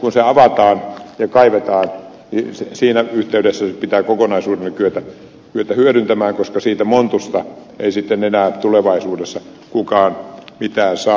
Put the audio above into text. kun se avataan ja kaivetaan siinä yhteydessä se pitää kokonaisuutena kyetä hyödyntämään koska siitä montusta ei sitten enää tulevaisuudessa kukaan mitään saa